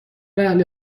اهل